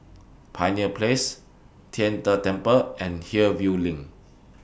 Pioneer Place Tian De Temple and Hillview LINK